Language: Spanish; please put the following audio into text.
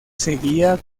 seguía